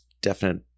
Definite